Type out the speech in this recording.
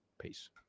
peace